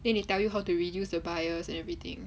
then they tell you how to reduce the bias and everything